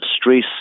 stress